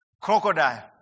Crocodile